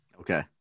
Okay